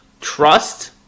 trust